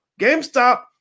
GameStop